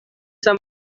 some